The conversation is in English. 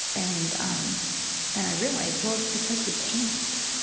and um and i realized, well, it's because we can't.